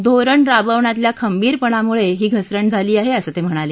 धोरण राबवण्यातल्या खंबीरपणामुळे ही घसरण झाली आहे असं ते म्हणाले